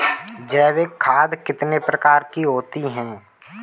जैविक खाद कितने प्रकार की होती हैं?